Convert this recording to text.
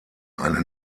eine